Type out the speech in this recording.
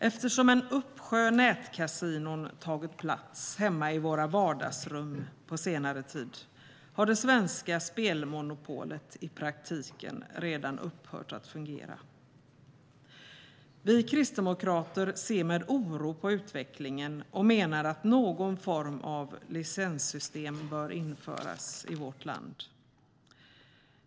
Eftersom en uppsjö av nätkasinon har tagit plats hemma i våra vardagsrum på senare tid har det svenska spelmonopolet i praktiken redan upphört att fungera. Vi kristdemokrater ser med oro på utvecklingen och menar att någon form av licenssystem bör införas i vårt land.